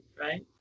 right